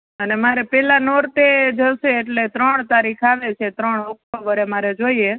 અને મારે પહેલા નોરતે જ હશે એટલે ત્રણ તારીખ આવે છે ત્રણ ઓક્ટોબરે મારે જોઈએ